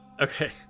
Okay